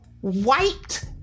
white